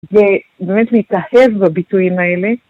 ‫שבאמת להתאהב בביטויים האלה.